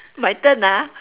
my turn ah